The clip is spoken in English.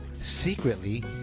secretly